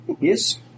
Yes